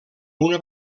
una